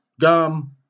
gum